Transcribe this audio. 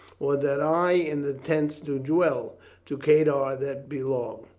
or that i in the tents do dwell to kedar that belong.